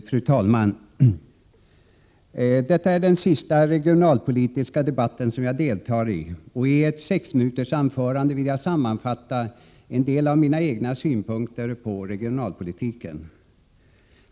Fru talman! Detta är den sista regionalpolitiska debatten som jag deltar i, och i ett sexminutersanförande vill jag sammanfatta en del av mina egna synpunkter på regionalpolitiken.